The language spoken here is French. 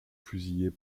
fusillés